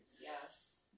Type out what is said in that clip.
Yes